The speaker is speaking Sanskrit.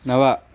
नव